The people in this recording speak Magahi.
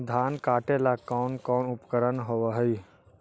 धान काटेला कौन कौन उपकरण होव हइ?